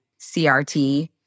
CRT